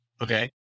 Okay